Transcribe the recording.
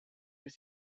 were